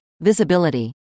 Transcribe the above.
visibility